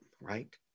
right